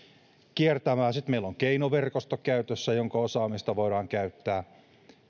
kiertämään sitten meillä on käytössä keinoverkosto jonka osaamista voidaan käyttää